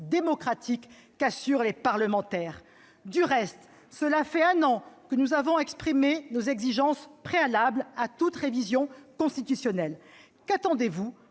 démocratique qu'assurent les parlementaires ! Du reste, cela fait un an que nous avons exprimé nos exigences préalables à toute révision constitutionnelle. Qu'attendez-vous